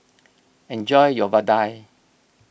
enjoy your Vadai